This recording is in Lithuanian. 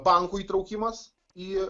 bankų įtraukimas į